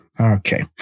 Okay